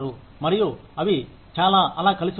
మరియు అవి చాలా అలా కలిసిపోతాయి